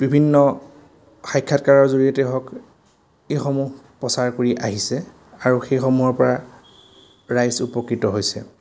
বিভিন্ন সাক্ষাৎকাৰৰ জৰিয়তে হওক এইসমূহ প্ৰচাৰ কৰি আহিছে আৰু সেইসমূহৰপৰা ৰাইজ উপকৃত হৈছে